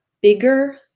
bigger